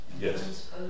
Yes